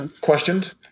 questioned